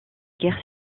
guerre